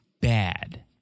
bad